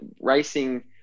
racing